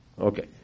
Okay